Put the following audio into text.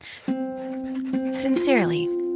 Sincerely